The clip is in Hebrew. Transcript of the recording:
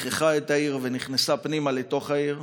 ליחכה את העיר ונכנסה פנימה לתוך העיר.